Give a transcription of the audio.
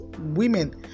women